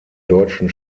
deutschen